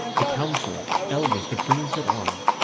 the council, eldest of things that are,